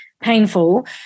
painful